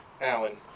Alan